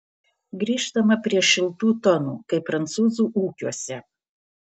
grįžtama prie šiltų tonų kai prancūzų ūkiuose